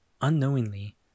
unknowingly